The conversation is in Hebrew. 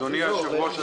אדוני היושב ראש,